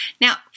Now